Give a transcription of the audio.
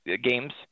Games